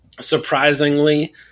surprisingly